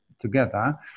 together